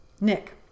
Nick